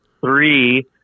three